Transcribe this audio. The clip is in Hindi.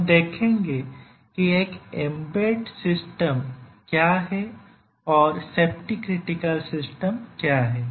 हम देखेंगे कि एक एम्बेडेड सिस्टम क्या है और सेफ्टी क्रिटिकल सिस्टम क्या है